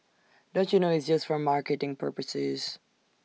don't you know it's just for marketing purposes